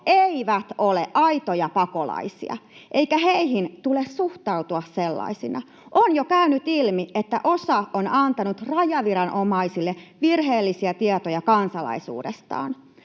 eivät ole aitoja pakolaisia eikä heihin tule suhtautua sellaisina. On jo käynyt ilmi, että osa on antanut rajaviranomaisille virheellisiä tietoja kansalaisuudestaan.